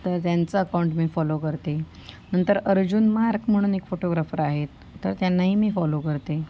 तर त्यांचं अकाउंट मी फॉलो करते नंतर अर्जुन म्हार्क म्हणून एक फोटोग्राफर आहेत तर त्यांनाही मी फॉलो करते